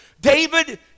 David